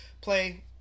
play